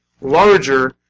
larger